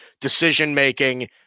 decision-making